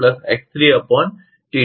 આ સમીકરણ બી છે